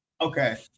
Okay